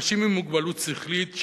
אנשים עם מוגבלות שכלית,